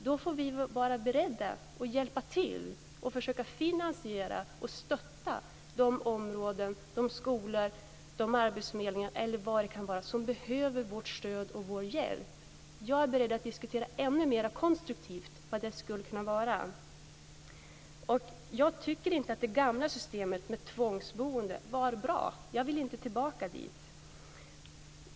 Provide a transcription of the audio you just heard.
Då får vi vara beredda att hjälpa till och försöka finansiera och stötta de områden, skolor eller arbetsförmedlingar som behöver vårt stöd och vår hjälp. Jag är beredd att diskutera ännu mer konstruktivt vad detta skulle kunna vara. Jag tycker inte att det gamla systemet med tvångsboende var bra. Jag vill inte tillbaka dit.